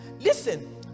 listen